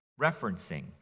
referencing